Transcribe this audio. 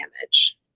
damage